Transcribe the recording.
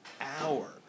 hour